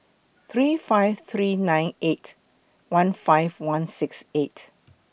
three five three nine eight one five one six eight